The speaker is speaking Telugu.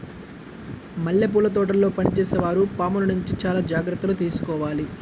మల్లెపూల తోటల్లో పనిచేసే వారు పాముల నుంచి చాలా జాగ్రత్తలు తీసుకోవాలి